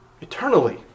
eternally